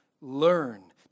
learn